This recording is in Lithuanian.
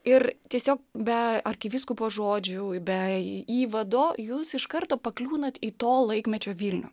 ir tiesiog be arkivyskupo žodžių be įvado jūs iš karto pakliūnat į to laikmečio vilnių